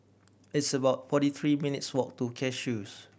it's about forty three minutes' walk to Cashews